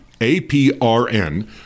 APRN